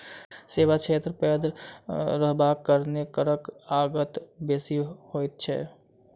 सेवा क्षेत्र पैघ रहबाक कारणेँ करक आगत बेसी होइत छै